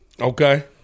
Okay